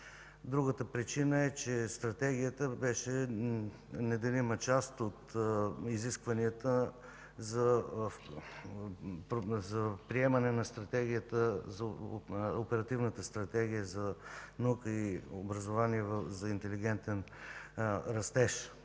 Другата причина е, че Стратегията беше неделима част от изискванията за приемане на Оперативната стратегия за наука и образование за интелигентен растеж.